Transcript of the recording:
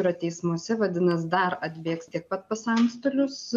yra teismuose vadinasi dar atbėgs tiek pat pas antstolius